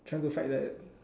trying to fight that